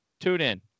TuneIn